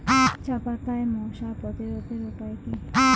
চাপাতায় মশা প্রতিরোধের উপায় কি?